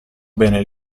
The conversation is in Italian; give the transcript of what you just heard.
bene